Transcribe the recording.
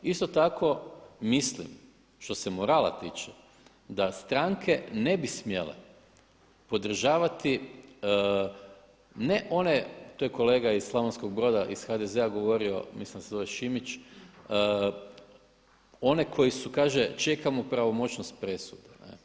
Isto tako mislim što se morala tiče da stranke ne bi smjele podržavati ne one, to je kolega iz Slavonskog Broda iz HDZ-a govorio, mislim da se zove Šimić, one koji su kaže čekamo pravomoćnost presude.